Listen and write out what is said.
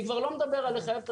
אני כבר לא מדבר על חיוב הדיירים,